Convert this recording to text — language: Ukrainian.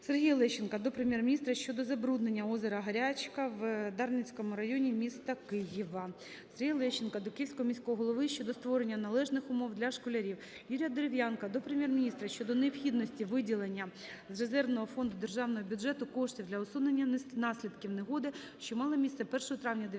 Сергія Лещенка до Прем'єр-міністра щодо забруднення озера "Гарячка" в Дарницькому районі міста Києва. Сергія Лещенка до Київського міського голови щодо створення належних умов для школярів. Юрія Дерев'янка до Прем'єр-міністра щодо необхідності виділення з резервного фонду державного бюджету коштів для усунення наслідків негоди, що мала місце 1 травня 2019 року